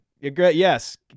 Yes